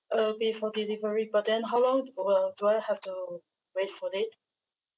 uh be for delivery but then how long will do I have to wait for it